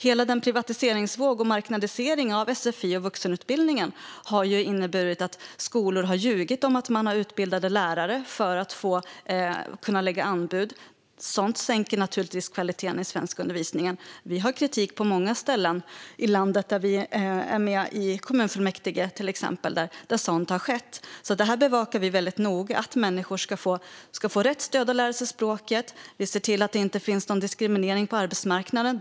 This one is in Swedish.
Hela privatiseringsvågen och marknadiseringen av sfi och vuxenutbildning har inneburit att skolor har ljugit om att man har utbildade lärare för att kunna lägga anbud. Sådant sänker kvaliteten i svenskundervisningen. Vi hör kritik på många ställen i landet, till exempel där vi är med i kommunfullmäktige, där sådant har skett. Vi bevakar noga att människor ska få rätt stöd för att lära sig språket. Det ska inte finnas diskriminering på arbetsmarknaden.